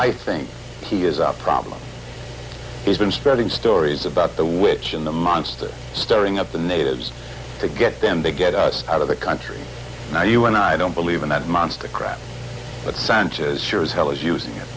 i think he has a problem he's been spreading stories about the witch in the monster stirring up the natives to get them to get us out of the country now you and i don't believe in that monster crap but sanchez sure as hell is